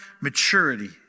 maturity